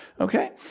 Okay